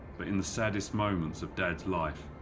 but in the saddest moments of dad's life,